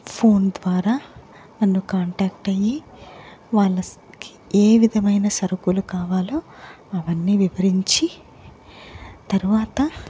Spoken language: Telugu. ఫోన్ ద్వారా నన్ను కాంటాక్ట్ అయి వాళ్ళకి ఏ విధమైన సరుకులు కావాలో అవన్నీ వివరించి తరువాత